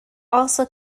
also